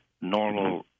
normal